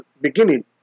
beginning